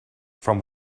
from